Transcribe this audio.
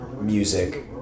music